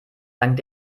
dank